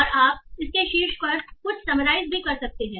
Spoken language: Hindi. और आप इसके शीर्ष पर कुछ समराइज भी कर सकते हैं